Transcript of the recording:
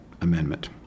amendment